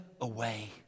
away